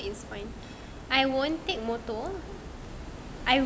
motor is fine I won't take motor